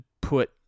put